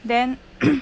then